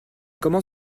comment